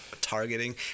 targeting